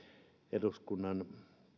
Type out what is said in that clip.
eduskunnan